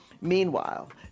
Meanwhile